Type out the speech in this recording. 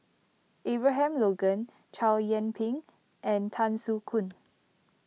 Abraham Logan Chow Yian Ping and Tan Soo Khoon